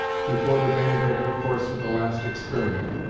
before the band had recourse to the last experiment.